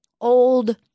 old